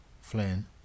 Flynn